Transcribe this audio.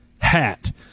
hat